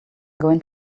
going